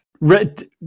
red